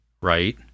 right